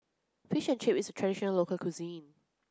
Fish and Chips is a traditional local cuisine